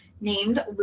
named